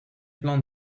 plans